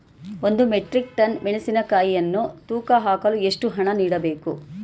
ಒಂದು metric ton ಮೆಣಸಿನಕಾಯಿಯನ್ನು ತೂಕ ಹಾಕಲು ಎಷ್ಟು ಹಣ ನೀಡಬೇಕು?